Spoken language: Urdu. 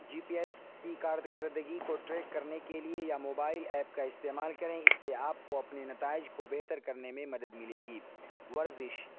جی پی ایس کی کارکردگی کو ٹریک کرنے کے لیے یا موبائل ایپ کا استعمال کریں اس سے آپ کو اپنے نتائج کو بہتر کرنے میں مدد ملے گی ورزش